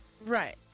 Right